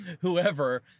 whoever